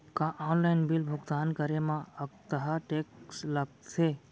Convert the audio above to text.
का online bill भुगतान करे मा अक्तहा टेक्स लगथे?